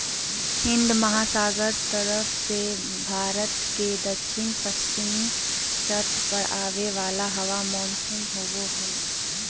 हिन्दमहासागर तरफ से भारत के दक्षिण पश्चिम तट पर आवे वाला हवा मानसून होबा हइ